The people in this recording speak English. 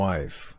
Wife